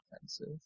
offensive